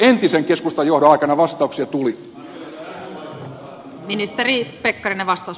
entisen keskustan johdon aikana vastauksia tuli